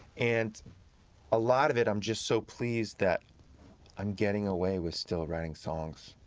and a lot of it, i'm just so pleased that i'm getting away with still writing songs.